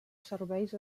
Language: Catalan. serveis